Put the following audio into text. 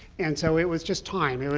and so it was just time, you know